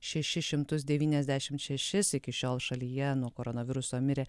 šešis šimtus devyniasdešim šešis iki šiol šalyje nuo koronaviruso mirė